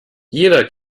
jeder